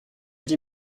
dix